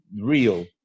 real